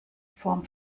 form